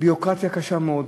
ביורוקרטיה קשה מאוד,